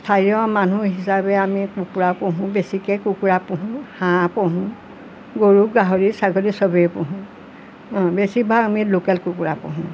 স্থানীয় মানুহ হিচাপে আমি কুকুৰা পোহোঁ বেছিকৈ কুকুৰা পোহো হাঁহ পোহোঁ গৰু গাহৰি ছাগলী সবেই পোহোঁ বেছিভাগ আমি লোকেল কুকুৰা পোহোঁ